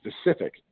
specific